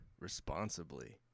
responsibly